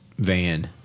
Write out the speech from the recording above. Van